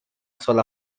sola